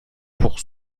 pour